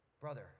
Brother